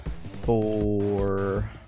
Four